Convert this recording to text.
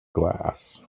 glass